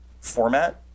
Format